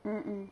mm mm